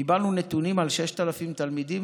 קיבלנו נתונים על 6,000 תלמידים,